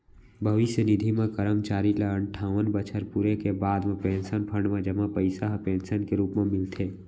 भविस्य निधि म करमचारी ल अनठावन बछर पूरे के बाद म पेंसन फंड म जमा पइसा ह पेंसन के रूप म मिलथे